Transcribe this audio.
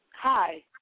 Hi